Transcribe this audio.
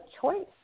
choice